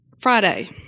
friday